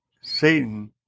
Satan